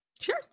Sure